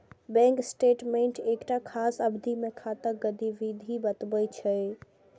bank statement एकटा खास अवधि मे खाताक गतिविधि कें बतबै छै